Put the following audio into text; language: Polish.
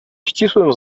ścisłym